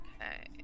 okay